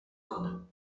کنم